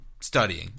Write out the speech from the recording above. studying